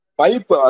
pipe